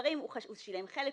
הוא שילם חלק,